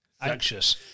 Anxious